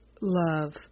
love